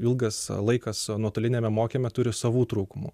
ilgas laikas nuotoliniame mokyme turi savų trūkumų